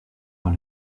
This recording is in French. par